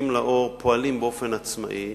המוציאים לאור פועלים באופן עצמאי,